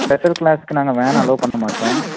special கிளாஸ்க்கு நாங்கள் van allow பண்ணமாட்டோம்